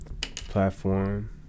Platform